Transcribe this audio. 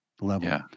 level